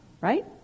Right